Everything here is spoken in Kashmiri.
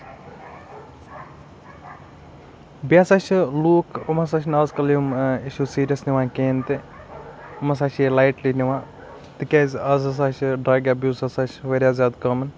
بیٚیہِ ہسا چھِ لُکھ أمۍ ہسا چھِنہٕ آز کَل یِم اِشوٗز سیٖریَس نِوان کِہینۍ نہِ یِم ہسا چھِ لَیٹلی نِوان تِکیازِ آز ہسا چھِ ڈرگ ایبوٗز ہسا چھِ واریاہ زیادٕ کامَن